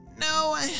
No